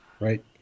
Right